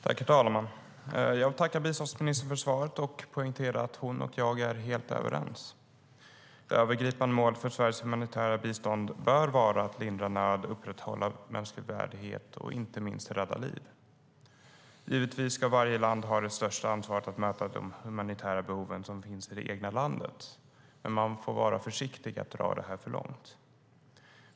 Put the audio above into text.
Herr talman! Jag tackar biståndsministern för svaret och poängterar att hon och jag är helt överens. Det övergripande målet för Sveriges humanitära bistånd bör vara att lindra nöd och upprätthålla mänsklig värdighet och inte minst rädda liv. Givetvis ska varje land ha det största ansvaret att möta de humanitära behoven som finns i det egna landet, men man får vara försiktig med att dra det för långt.